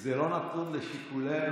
זה לא נתון לשיקולנו,